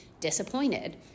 disappointed